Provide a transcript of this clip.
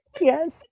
Yes